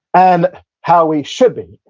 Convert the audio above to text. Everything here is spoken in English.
and how we should be,